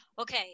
okay